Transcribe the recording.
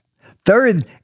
Third